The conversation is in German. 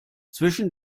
zwischen